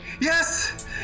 Yes